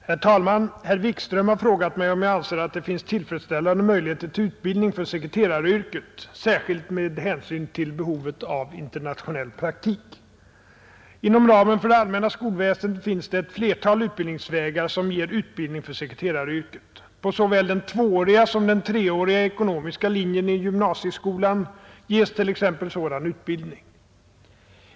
Herr talman! Herr Wikström har frågat mig om jag anser att det finns tillfredsställande möjligheter till utbildning för sekreteraryrket, särskilt med hänsyn till behovet av internationell praktik. Inom ramen för det allmänna skolväsendet finns det ett flertal utbildningsvägar som ger utbildning för sekreteraryrket. På såväl den tvååriga som den treåriga ekonomiska linjen i gymnasieskolan ges t.ex. sådan utbildning.